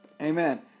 Amen